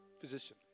physician